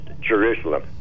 Jerusalem